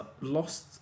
lost